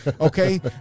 Okay